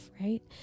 right